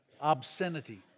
obscenity